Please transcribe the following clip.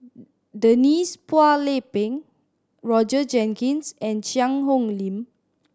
Denise Phua Lay Peng Roger Jenkins and Cheang Hong Lim